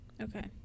Okay